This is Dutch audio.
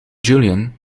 julian